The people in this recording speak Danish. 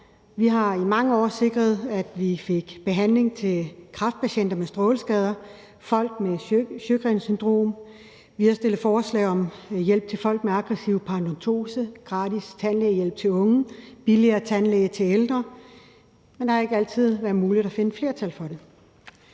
Vi har i mange år sikret, at vi fik behandling til kræftpatienter med stråleskader, folk med Sjögrens syndrom, og vi har fremsat forslag om hjælp til folk med aggressiv paradentose, gratis tandlægehjælp til unge, billigere tandlæge til ældre, men det har ikke altid været muligt at finde et flertal for det.